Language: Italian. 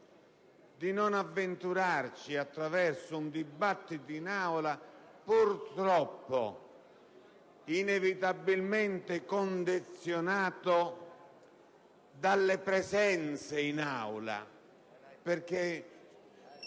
non avventurarci in un dibattito in Aula, purtroppo, inevitabilmente condizionato dalle presenze in Aula,